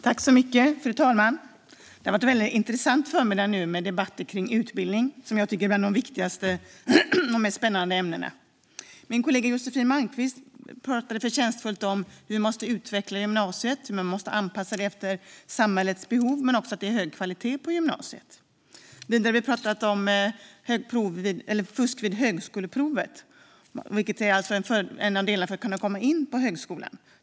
Fru talman! Det har varit en väldigt intressant förmiddag med debatter om utbildning, vilket jag tycker är ett av de viktigaste och mest spännande ämnena. Min kollega Josefin Malmqvist pratade på ett förtjänstfullt sätt om hur vi måste utveckla gymnasiet. Vi måste anpassa det efter samhällets behov och även se till att det är hög kvalitet på gymnasiet. Vidare har vi pratat om fusk vid högskoleprovet, och högskoleprovet är ju ett sätt att komma in på högskolan.